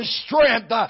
strength